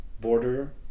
border